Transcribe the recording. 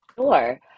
sure